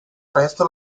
presto